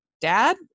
dad